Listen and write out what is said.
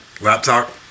Laptop